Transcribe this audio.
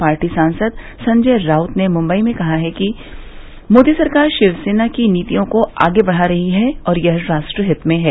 party सांसद संजय राउत ने मुंबई में कहा है कि मोदी सरकार शिवसेना की नीतियों को आगे बढ़ा रही है और यह राष्ट्र हित में है